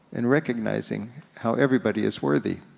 and recognizing how everybody is worthy.